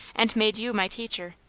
and made you my teacher!